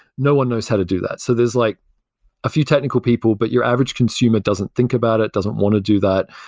no one knows how to do that. so there's like a few technical people, but your average consumer doesn't think about it, doesn't want to do that,